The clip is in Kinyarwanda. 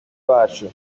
bacu